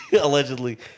Allegedly